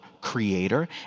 creator